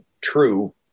true